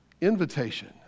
invitation